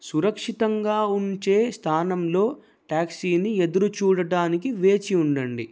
సురక్షితంగా ఉంచే స్థానంలో ట్యాక్సీని ఎదురు చూడటానికి వేచి ఉండండి